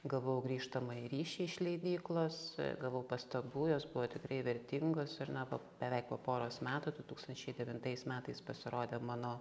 gavau grįžtamąjį ryšį iš leidyklos gavau pastabų jos buvo tikrai vertingos ir na po beveik po poros metų du tūkstančiai devintais metais pasirodė mano